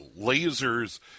lasers